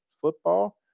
football